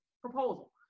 proposal